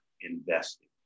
investing